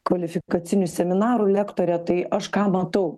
kvalifikacinių seminarų lektorė tai aš ką matau